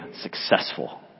successful